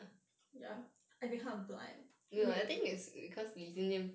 ya I become blind man